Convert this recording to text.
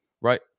right